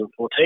2014